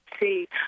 see